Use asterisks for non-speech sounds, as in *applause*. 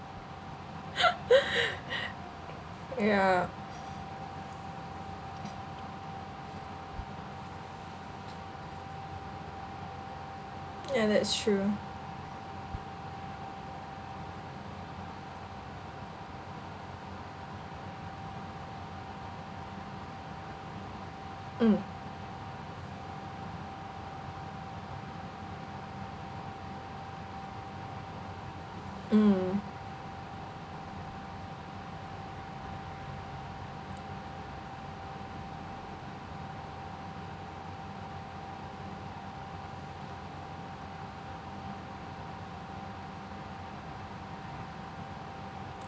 *laughs* ya ya that's true mm mm